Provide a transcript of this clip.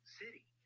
city